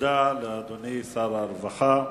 תודה לאדוני שר הרווחה.